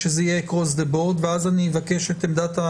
כשאני מסתכל על העונשים שהוטלו --- אני אשמח לקבל את המידע הזה,